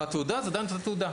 התעודה הזו זו עדיין אותה תעודה.